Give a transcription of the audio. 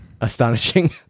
Astonishing